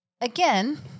Again